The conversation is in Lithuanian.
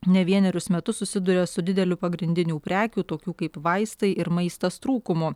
ne vienerius metus susiduria su dideliu pagrindinių prekių tokių kaip vaistai ir maistas trūkumu